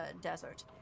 desert